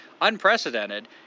unprecedented